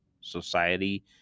society